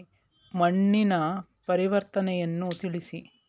ಮಣ್ಣಿನ ಪರಿವರ್ತನೆಯನ್ನು ತಿಳಿಸಿ?